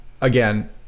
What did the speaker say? again